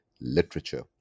literature